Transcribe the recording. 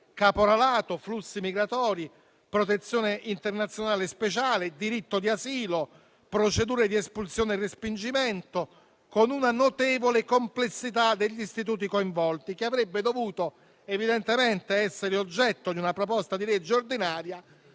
caporalato, flussi migratori, protezione internazionale speciale, diritto di asilo, procedure di espulsione e respingimento, con una notevole complessità degli istituti coinvolti. Ciò avrebbe dovuto evidentemente essere oggetto di una proposta di legge ordinaria,